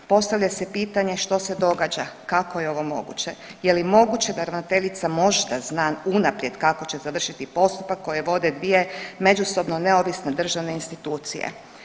Postavlja se pitanje što se događa, kako je ovo moguće, je li moguće da ravnateljica možda zna unaprijed kako će završiti postupak koje vode dvije međusobno neovisne državne institucije.